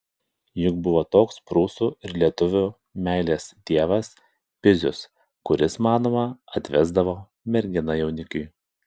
juk buvo toks prūsų ir lietuvių meilės dievas pizius kuris manoma atvesdavo merginą jaunikiui